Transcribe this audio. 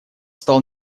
стал